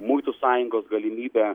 muitų sąjungos galimybę